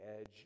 edge